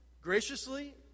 graciously